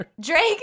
Drake